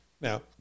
Now